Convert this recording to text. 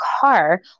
car